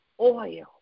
oil